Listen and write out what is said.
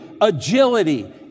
agility